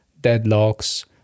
Deadlocks